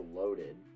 loaded